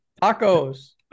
Tacos